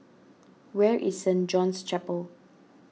where is Saint John's Chapel